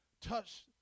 touch